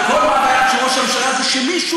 וכל מאווייו של ראש הממשלה זה שמישהו,